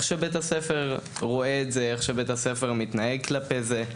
שבית הספר רואה את זה ומתנהג כלפי זה.